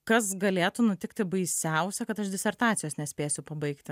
kas galėtų nutikti baisiausia kad aš disertacijos nespėsiu pabaigti